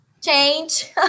Change